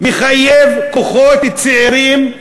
מחייבים כוחות צעירים,